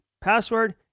password